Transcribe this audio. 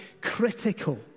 critical